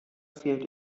fehlt